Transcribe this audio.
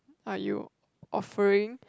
!aiyo! offering